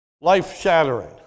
life-shattering